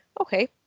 Okay